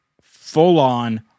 full-on